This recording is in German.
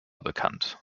bekannt